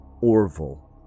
Orville